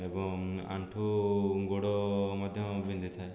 ଏବଂ ଆଣ୍ଠୁ ଗୋଡ଼ ମଧ୍ୟ ବିନ୍ଧିଥାଏ